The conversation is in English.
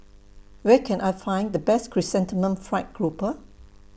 Where Can I Find The Best Chrysanthemum Fried Grouper